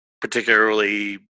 particularly –